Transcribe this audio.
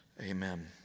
Amen